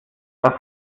das